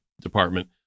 Department